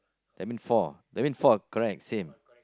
that mean four that mean four correct same